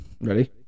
Ready